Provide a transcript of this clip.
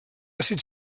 àcid